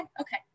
okay